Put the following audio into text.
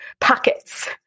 pockets